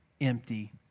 empty